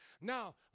Now